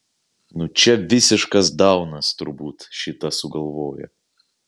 nu čia visiškas daunas turbūt šitą sugalvojo